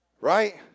right